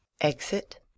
Exit